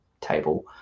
table